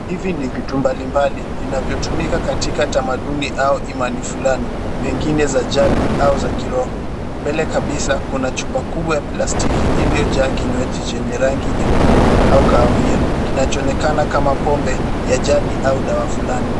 Hivi ni vitu mbalimbali vinavyotuka katika tamaduni au imani fulani pengine za jadi au za kiroho. Mbele kabisa kuna chupa kubwa ya plastiki iliyojaa kinywaji chenye rangi nyekundu au kahawia. Kinachoonekana kama pombe ya ajadi au dawa fulani.